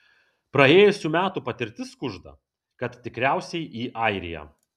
praėjusių metų patirtis kužda kad tikriausiai į airiją